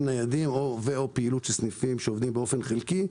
ניידים ופעילות של סניפים שעובדים באופן חלקי.